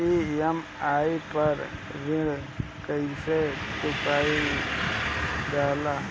EMI पर ऋण कईसे चुकाईल जाला?